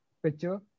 picture